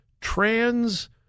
trans